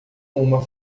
uma